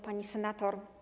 Pani Senator!